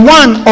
one